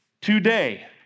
Today